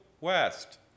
west